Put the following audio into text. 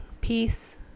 peace